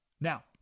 now